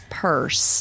purse